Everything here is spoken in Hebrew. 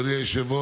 התשפ"ג 2023,